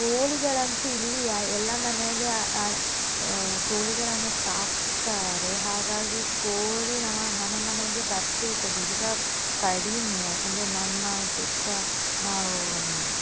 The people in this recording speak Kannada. ಕೋಳಿಗಳಂತೂ ಇಲ್ಲಿ ಯಾ ಎಲ್ಲ ಮನೆಯಲ್ಲಿ ಕೋಳಿಗಳನ್ನು ಸಾಕ್ತಾರೆ ಹಾಗಾಗಿ ಕೋಳಿ ನಮ್ಮ ನಮ್ಮ ಮನೆಗೆ ಬರ್ತಿರ್ತದೆ ಈಗ ಕಡಿಮೆ ಯಾಕಂದರೆ ನಮ್ಮ ಸುತ್ತ ನಾವು